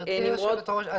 גברתי היושבת-ראש,